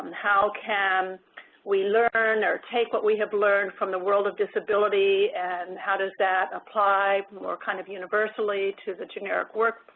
how can we learn or take what we have learned from the world of disability and how does that apply, more kind of universally to the generic workforce.